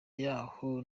yahoo